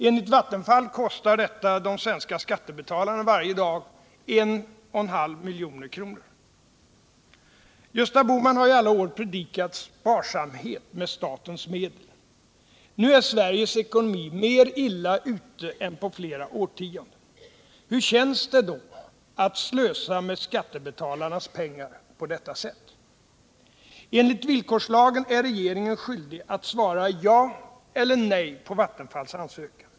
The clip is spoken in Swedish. Enligt Vattenfall kostar detta de svenska skattebetalarna varje dag 1,5 milj.kr. Gösta Bohman har ju i alla år predikat sparamhet med statens medel. Nu är Sveriges ekonomi mer illa ute än på flera årtionden. Hur känns det då att slösa med skattebetalarnas pengar på detta sätt? Enligt villkorslagen är regeringen skyldig att svara ja eller nej på Vattenfalls ansökan.